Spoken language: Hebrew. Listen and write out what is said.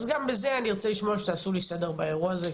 אז גם בזה אני ארצה לשמוע שתעשו לי סדר באירוע הזה,